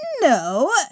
no